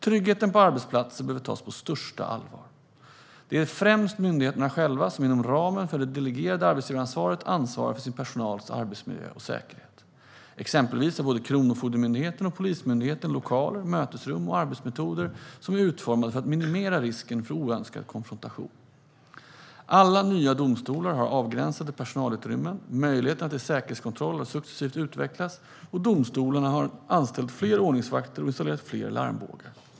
Tryggheten på arbetsplatser behöver tas på största allvar. Det är främst myndigheterna själva som inom ramen för det delegerade arbetsgivaransvaret ansvarar för sin personals arbetsmiljö och säkerhet. Exempelvis har både Kronofogdemyndigheten och Polismyndigheten lokaler, mötesrum och arbetsmetoder som är utformade för att minimera risken för oönskad konfrontation. Alla nya domstolar har avgränsade personalutrymmen, möjligheterna till säkerhetskontroll har successivt utvecklats och domstolarna har anställt fler ordningsvakter och installerat fler larmbågar.